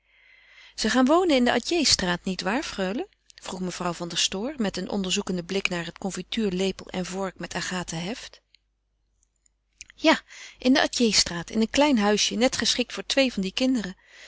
ze gaan wonen in de atjehstraat niet waar freule vroeg mevrouw van der stoor met een onderzoekenden blik naar een confituurlepel en vork met agathen heft ja in de atjehstraat in een klein huisje net geschikt voor twee van die kinderen